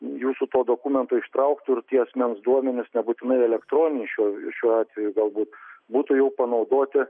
jūsų to dokumento ištrauktų ir tie asmens duomenys nebūtinai elektroniniai šiuo šiuo atveju galbūt būtų jau panaudoti